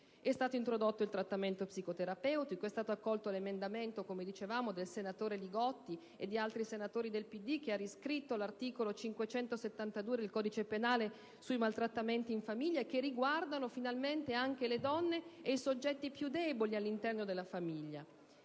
È stato poi introdotto il trattamento psicoterapeutico; è stato accolto l'emendamento del senatore Li Gotti e di altri senatori del Partito Democratico, che ha riscritto l'articolo 572 del codice penale sui maltrattamenti in famiglia, che riguardano finalmente anche le donne e i soggetti più deboli all'interno della famiglia,